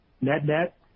Net-net